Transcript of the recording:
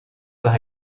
par